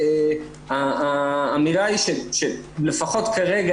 האמירה היא שלפחות כרגע,